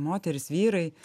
moterys vyrai